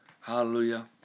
Hallelujah